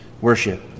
worship